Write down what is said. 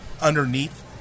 underneath